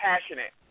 passionate